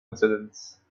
incidents